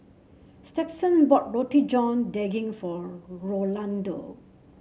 Stetson bought Roti John Daging for Rolando